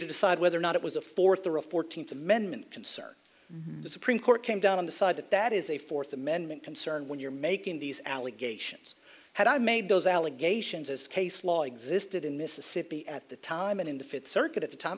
to decide whether or not it was a fourth the real fourteenth amendment concern or the supreme court came down on the side that that is a fourth amendment concern when you're making these allegations had i made those allegations as case law existed in mississippi at the time and in the fifth circuit at the time